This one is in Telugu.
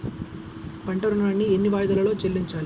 పంట ఋణాన్ని ఎన్ని వాయిదాలలో చెల్లించాలి?